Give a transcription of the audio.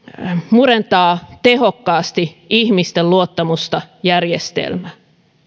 murentaa tehokkaasti ihmisten luottamusta järjestelmään